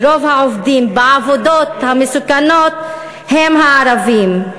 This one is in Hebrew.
כי רוב העובדים בעבודות המסוכנות הם הערבים.